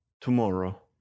Tomorrow